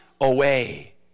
away